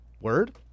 word